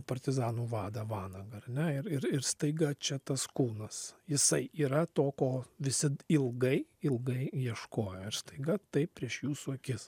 partizanų vadą vanagą ar ne ir ir staiga čia tas kūnas jisai yra to ko visi ilgai ilgai ieškojo ir staiga tai prieš jūsų akis